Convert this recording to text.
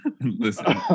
listen